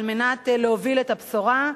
על מנת להוביל את הבשורה.